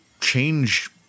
change